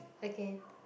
again